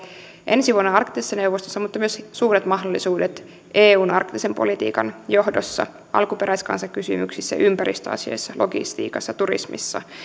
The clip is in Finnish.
ensi vuonna arktisessa neuvostossa myös suuret mahdollisuudet eun arktisen politiikan johdossa alkuperäiskansakysymyksissä ympäristöasioissa logistiikassa turismissa